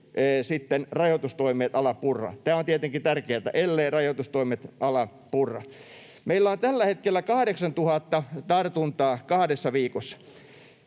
rajoitustoimet ala purra. Tämä on tietenkin tärkeätä: elleivät rajoitustoimet ala purra. Meillä on tällä hetkellä 8 000 tartuntaa kahdessa viikossa.